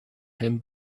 him